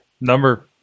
Number